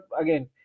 again